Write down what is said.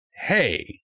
hey